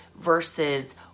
versus